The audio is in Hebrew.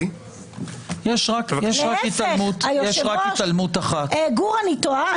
יש רק התעלמות אחת --- גור, אני טועה?